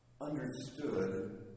understood